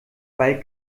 weil